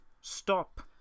stop